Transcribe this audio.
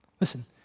listen